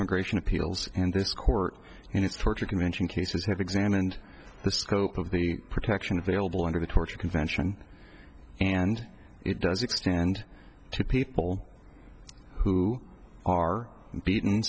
immigration appeals and this court and its torture convention cases have examined the scope of the protection of able under the torture convention and it does extend to people who are beaten